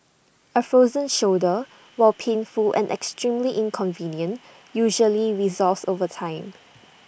A frozen shoulder while painful and extremely inconvenient usually resolves over time